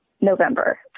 November